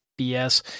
BS